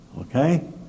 Okay